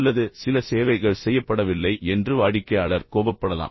அல்லது சில சேவைகள் செய்யப்படவில்லை என்று வாடிக்கையாளர் கோபப்படலாம்